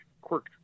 Quirk